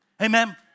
Amen